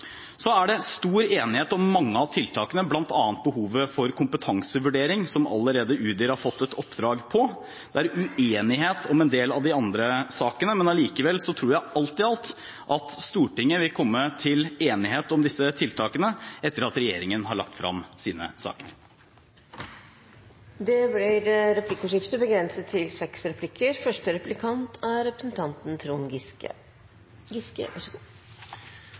Så er det stor enighet om mange av tiltakene, bl.a. behovet for kompetansevurdering, som Udir allerede har fått et oppdrag om. Det er uenighet om en del av de andre sakene, men allikevel tror jeg alt i alt at Stortinget vil komme til enighet om disse tiltakene etter at regjeringen har lagt frem sine saker. Det blir replikkordskifte.